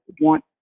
want